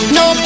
no